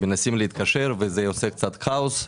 מנסים להתקשר וזה יוצר קצת כאוס,